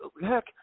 heck